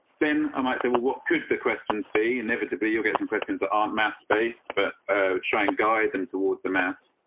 then i might say, well, what could the questions be? inevitably, you'll get some questions that aren't math spaced, but trying guide them towards the mouse.